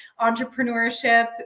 entrepreneurship